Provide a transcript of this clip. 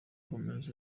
gomez